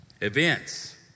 Events